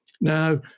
Now